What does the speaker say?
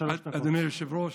אדוני היושב-ראש,